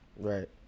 right